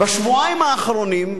"בשבועיים האחרונים",